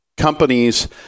Companies